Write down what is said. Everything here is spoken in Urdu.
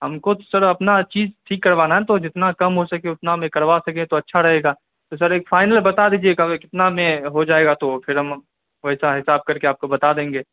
ہم کو تو سر اپنا چیز ٹھیک کروانا ہے تو جتنا کم ہو سکے اتنا میں کروا سکیں تو اچھا رہے گا تو سر ایک فائنل بتا دیجیے کتنا میں ہو جائے گا تو پھر ہم ویسا حساب کر کے آپ کو بتا دیں گے